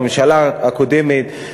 והממשלה הקודמת,